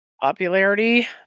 popularity